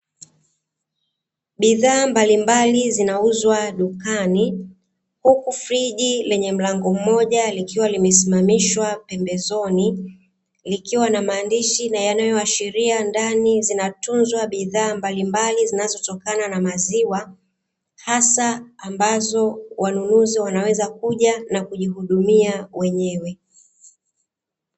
Bidhaa mbalimbali zinauzwa dukani, huku friji lenye mlango mmoja likiwa limesimamishwa pembezoni, likiwa na maandishi yanayoashiria ndani zinatunzwa bidhaa mbalimbali zinazotokana na maziwa, hasa ambazo wanunuzi wanaweza kuja na kujihudumia wenyewe.